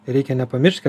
reikia nepamiršt kad